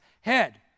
head